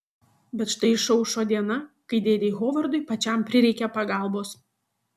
bet štai išaušo diena kai dėdei hovardui pačiam prireikia pagalbos